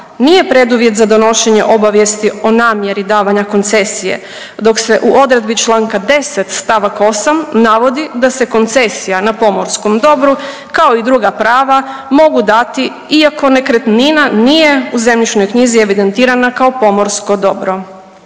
nije preduvjet za donošenje obavijesti o namjeri davanja koncesije, dok se u odredbi čl. 10. st. 8 navodi da se koncesija na pomorskom dobru, kao i druga prava mogu dati iako nekretnina nije u zemljišnoj knjizi evidentirana kao pomorsko dobro.